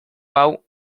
hau